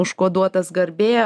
užkoduotas garbė